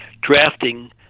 drafting